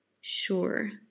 Sure